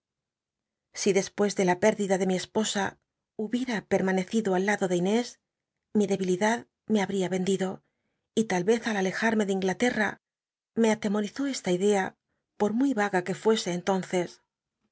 si dcspucs de la pérdida de mi esposa hubiera permanccido al lado de tnés mi debi lidad me ha a bría vencl do y tal yez al alcjal'me de inglate r me al emorizó esla ir lea pot muy vaga que fuese enl